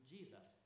Jesus